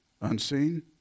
Unseen